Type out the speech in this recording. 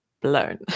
blown